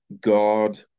God